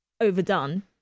overdone